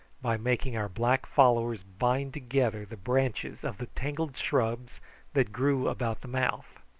by making our black followers bind together the branches of the tangled shrubs that grew about the mouth.